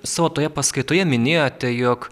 savo toje paskaitoje minėjote jog